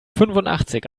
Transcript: fünfundachtzig